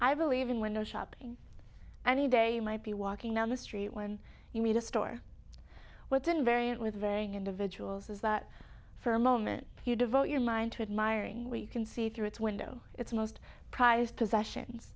i believe in window shopping any day might be walking down the street when you meet a store what invariant with varying individuals is that for a moment you devote your mind to admire ing where you can see through its window its most prized possessions